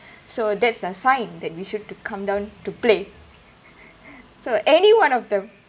so that's the sign that we should to come down to play so anyone of the